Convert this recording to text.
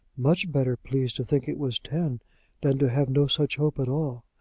much better pleased to think it was ten than to have no such hope at all.